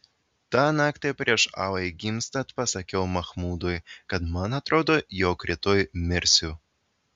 tą naktį prieš alai gimstant pasakiau machmudui kad man atrodo jog rytoj mirsiu